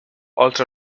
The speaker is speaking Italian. oltre